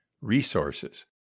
resources